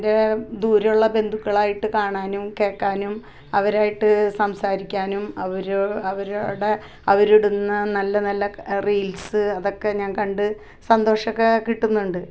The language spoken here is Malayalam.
എൻ്റെ ദൂരെയുള്ള ബന്ധുക്കളുമായിട്ട് കാണാനും കേൾക്കാനും അവരുമായിട്ട് സംസാരിക്കാനും അവർ അവരുടെ അവരിടുന്ന നല്ല നല്ല ക റീൽസ് അതൊക്കെ ഞാൻ കണ്ട് സന്തോഷമൊക്കെ കിട്ടുന്നുണ്ട്